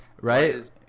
Right